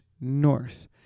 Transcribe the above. north